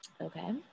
Okay